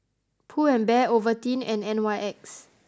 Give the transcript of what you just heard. Pull and Bear Ovaltine and N Y X